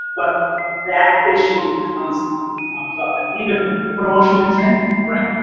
but that issue constantly comes up. and even promotion and tenure, right?